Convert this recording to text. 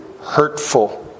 hurtful